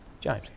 James